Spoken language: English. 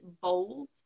Bold